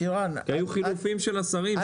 שירן --- כי היו חילופים של השרים,